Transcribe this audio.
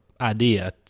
idea